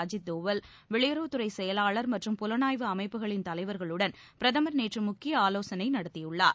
அஜித் தோவல் வெளியுறவுத்துறை செயலாளர் மற்றும் புலனாய்வு அமைப்புகளின் தலைவர்களுடன் பிரதமர் நேற்று முக்கிய ஆலோசனை நடத்தியுள்ளார்